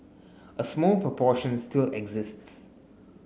a small proportion still exists